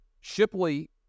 Shipley